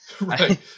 Right